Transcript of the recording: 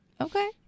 Okay